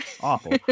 awful